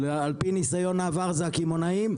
על פי ניסיון העבר זה הקמעונאים,